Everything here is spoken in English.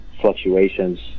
fluctuations